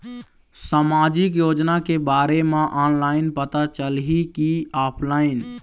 सामाजिक योजना के बारे मा ऑनलाइन पता चलही की ऑफलाइन?